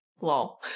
lol